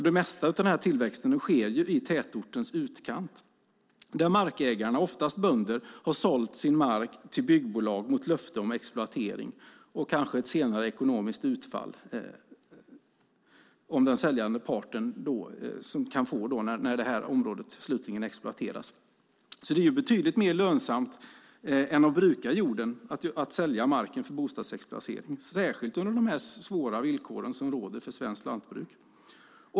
Det mesta av den tillväxten sker i tätortens utkant, där markägarna, oftast bönder, har sålt sin mark till byggbolag mot löfte om exploatering och kanske senare ett ekonomiskt utfall för den säljande parten när området slutligen exploateras. Att sälja marken för bostadsexploatering är betydligt mer lönsamt än att bruka jorden, särskilt under de svåra villkor som råder för svenskt lantbruk.